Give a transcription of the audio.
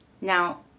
Now